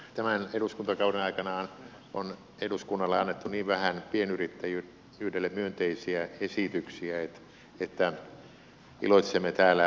tämän eduskuntakauden aikana on eduskunnalle annettu niin vähän pienyrittäjyydelle myönteisiä esityksiä että iloitsemme täällä vähästäkin